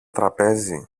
τραπέζι